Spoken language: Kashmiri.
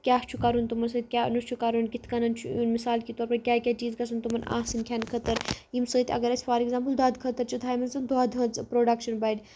کیٛاہ چھُ کرُن تِمَن سۭتۍ کیٛاہ نہٕ چھُ کَرُن کِتھ کٔننن چھُ مِثال کہِ طور پر کیٛاہ کیٛاہ چیٖز گژھ تُمن آسٕنۍ کھٮ۪نہٕ خٲطر ییٚمۍ سۭتۍ اَگر اَسہِ فار اٮ۪گزمپٕل دۄدٕ خٲطرٕ چھِ تھایمژٕ دۄد ہٕنٛز پرٛوڈَکشَن بَڑِ